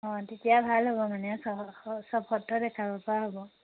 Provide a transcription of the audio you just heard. অঁ তেতিয়া ভাল হ'ব মানে চব সত্ৰই দেখাব পৰা হ'ব